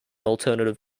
alternative